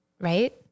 right